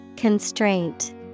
Constraint